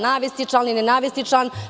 Navesti član ili ne navesti član.